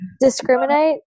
discriminate